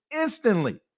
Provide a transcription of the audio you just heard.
instantly